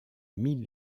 mille